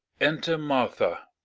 enter martha.